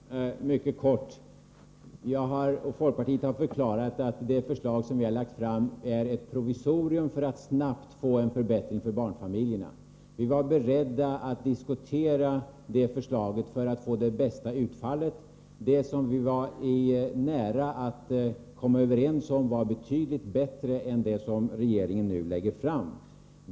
Herr talman! Mycket kort. Folkpartiet har förklarat att det förslag som vi lagt fram är ett provisorium för att snabbt få en förbättring för barnfamiljerna. Vi var beredda att diskutera det förslaget för att få det bästa utfallet. Det som vi var nära att komma överens om var betydligt bättre än det förslag som regeringen nu lägger fram.